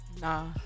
Nah